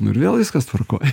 nu ir vėl viskas tvarkoj